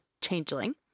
changeling